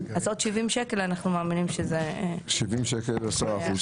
אז עוד 70 שקל אנחנו מאמינים שזה --- 70 שקל זה עשרה אחוז.